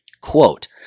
quote